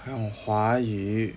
用华语